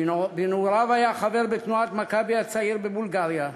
בנעוריו היה חבר בתנועת "המכבי הצעיר" בבולגריה.